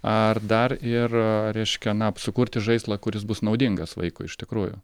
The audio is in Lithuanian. ar dar ir reiškia na sukurti žaislą kuris bus naudingas vaikui iš tikrųjų